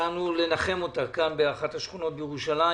נסענו לנחם אותה, כאן באחת השכונות בירושלים,